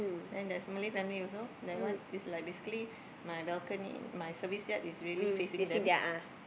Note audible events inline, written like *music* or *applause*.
then there's Malay family also that one is like basically my balcony my service yard is really facing them *laughs*